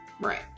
Right